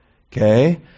Okay